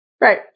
right